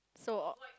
so